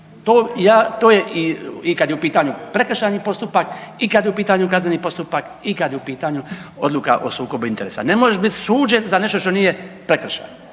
To je i kad je u pitanju prekršajni postupak i kad je u pitanju kazneni postupak i kad je u pitanju odluka o sukobu interesa. Ne možeš bit suđen za nešto što nije prekršajno.